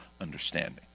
understanding